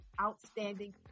outstanding